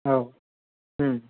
औ